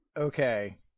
Okay